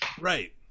Right